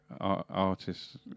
artists